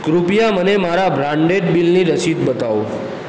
કૃપયા મને મારા બ્રાન્ડેડ બિલની રસીદ બતાવો